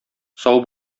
сау